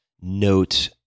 note